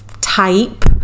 type